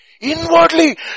Inwardly